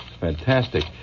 Fantastic